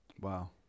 Wow